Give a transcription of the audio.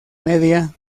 media